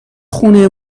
خونه